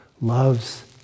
loves